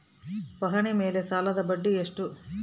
ಪಹಣಿ ಮೇಲೆ ಸಾಲದ ಬಡ್ಡಿ ಎಷ್ಟು?